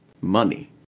money